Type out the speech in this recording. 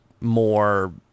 more